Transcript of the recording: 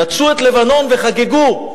נטשו את לבנון וחגגו.